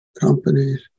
companies